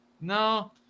no